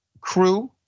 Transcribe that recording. crew